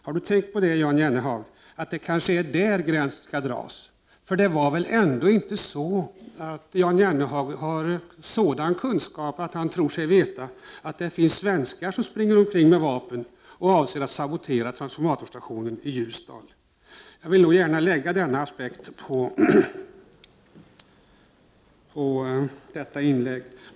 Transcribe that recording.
Har Jan Jennehag tänkt på att det kanske är där gränsen skall dras? Det är väl ändå inte så att Jan Jennehag har sådan kunskap att han tror sig veta att det finns svenskar som springer omkring med vapen och avser att sabotera transformatorstationen i Ljusdal? Jag vill gärna lägga denna aspekt på detta inlägg.